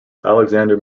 alexander